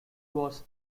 was